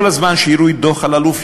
כל הזמן שיראו את דוח אלאלוף,